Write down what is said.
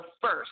first